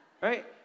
right